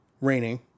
raining